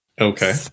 Okay